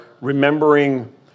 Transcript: remembering